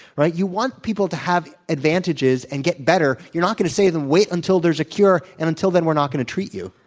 right? you want people to have advantages and get better. you're not going to say to them, wait until there's a cure, and until then, we're not going to treat you.